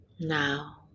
Now